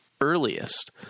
earliest